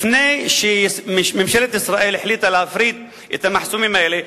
לפני שממשלת ישראל החליטה להפריט את המחסומים האלה,